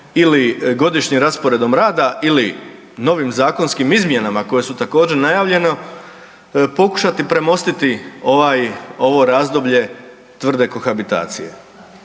ili godišnjim rasporedom rada ili novim zakonskim izmjenama koje su također najavljene pokušati premostiti ovo razdoblje tvrde kohabitacije.